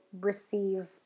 receive